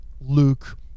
Luke